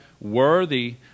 worthy